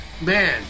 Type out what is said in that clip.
man